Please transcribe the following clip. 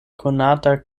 konata